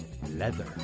leather